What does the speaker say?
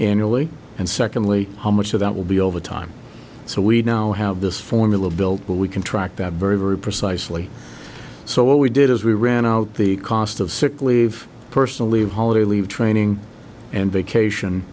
early and secondly how much of that will be over time so we now have this formula built but we can track that very very precisely so what we did is we ran out the cost of sick leave personal leave holiday leave training and vacation